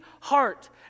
heart